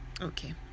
Okay